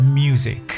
music